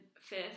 Fifth